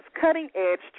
cutting-edge